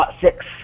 six